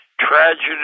Tragedy